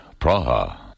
Praha